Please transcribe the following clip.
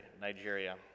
Nigeria